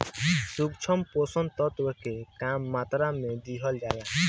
सूक्ष्म पोषक तत्व के कम मात्रा में दिहल जाला